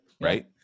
Right